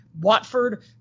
Watford